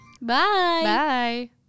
Bye